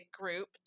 group